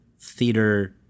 theater